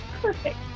perfect